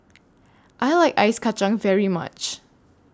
I like Ice Kacang very much